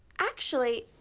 actually,